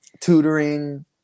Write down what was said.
tutoring